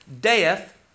Death